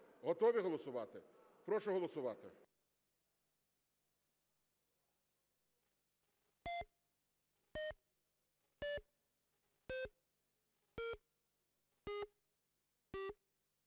Готові голосувати? Прошу голосувати.